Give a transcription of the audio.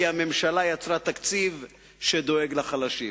כי הממשלה יצרה תקציב שדואג לחלשים.